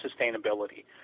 sustainability